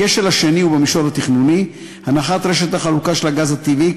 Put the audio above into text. הכשל השני הוא במישור התכנוני: הנחת רשת החלוקה של הגז הטבעי,